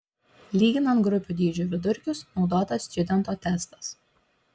lyginant grupių dydžių vidurkius naudotas stjudento testas